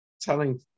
telling